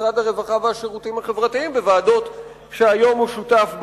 משרד הרווחה והשירותים החברתיים בוועדות שהיום הוא שותף בהן.